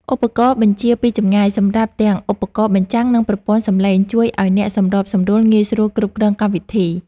ឧបករណ៍បញ្ជាពីចម្ងាយ សម្រាប់ទាំងឧបករណ៍បញ្ចាំង និងប្រព័ន្ធសំឡេង ជួយឱ្យអ្នកសម្របសម្រួលងាយស្រួលគ្រប់គ្រងកម្មវិធី។